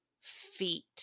feet